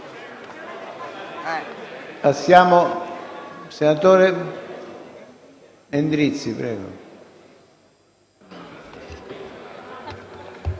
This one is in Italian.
Passiamo